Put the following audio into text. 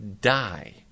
die